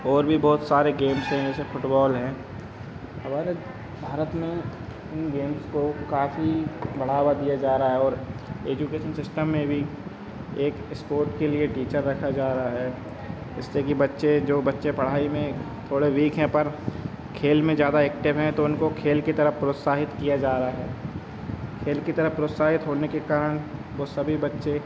और भी बहुत सारे गेम्स हैं जैसे फ़ुटबॉल हैं हमारे भारत में इन गेम्स को काफ़ी बढ़ावा दिया जा रहा है और एजुकेसन सिस्टम में भी एक स्पोट के लिए टीचर रखा जा रहा है इससे कि बच्चे जो बच्चे पढ़ाई में थोड़े वीक हैं पर खेल में ज़्यादा ऐक्टिव हैं तो उनको खेल की तरफ प्रोत्साहित किया जा रहा है खेल की तरफ प्रोत्साहित होने के कारण वे सभी बच्चे